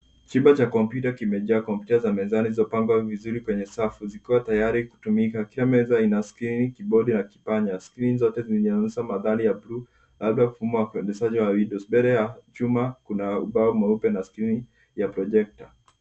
Chumba cha kompyuta kimejaa kompyuta za mezani zilizopangwa vizuri kwenye safu zikiwa tayari kutumika. Kila meza ina skrini, kibodi na kipanya. Skrini zote zinaonyesha mandhari ya bluu labda mfumo wa ufundishaji wa Windows . Mbele ya chuma, kuna ubao mweupe na skrini ya projector .